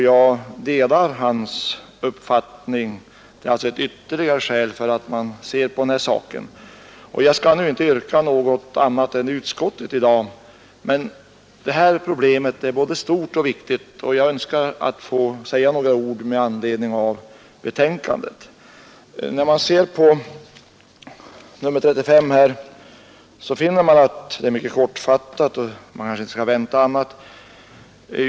Jag delar hans uppfattning. Det är ytterligare ett skäl för att man skall se på den här saken. Jag skall i dag inte yrka något annat än utskottet, med detta problem är både stort och viktigt, och jag önskar få säga några ord med anledning av utskottets betänkande. Detta betänkande är mycket kortfattat, och man kanske inte skall vänta annat.